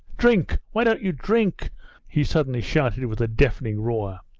drink, why don't you drink he suddenly shouted with a deafening roar,